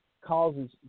causes